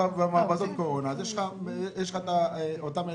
קורונה ויש שם אחיות.